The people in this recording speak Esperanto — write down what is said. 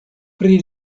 pri